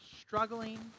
struggling